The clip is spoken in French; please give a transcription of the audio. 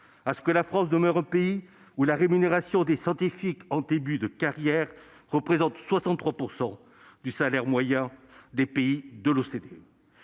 à ce que la France demeure un pays où la rémunération des scientifiques en début de carrière représente 63 % du salaire moyen des pays de l'OCDE.